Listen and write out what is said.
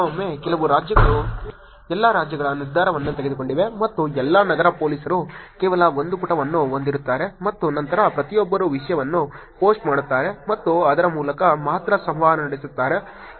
ಕೆಲವೊಮ್ಮೆ ಕೆಲವು ರಾಜ್ಯಗಳು ಎಲ್ಲಾ ರಾಜ್ಯಗಳ ನಿರ್ಧಾರವನ್ನು ತೆಗೆದುಕೊಂಡಿವೆ ಮತ್ತು ಎಲ್ಲಾ ನಗರ ಪೊಲೀಸರು ಕೇವಲ ಒಂದು ಪುಟವನ್ನು ಹೊಂದಿರುತ್ತಾರೆ ಮತ್ತು ನಂತರ ಪ್ರತಿಯೊಬ್ಬರೂ ವಿಷಯವನ್ನು ಪೋಸ್ಟ್ ಮಾಡುತ್ತಾರೆ ಮತ್ತು ಅದರ ಮೂಲಕ ಮಾತ್ರ ಸಂವಹನ ನಡೆಸುತ್ತಾರೆ